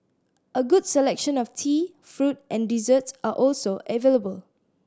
a good selection of tea fruit and desserts are also available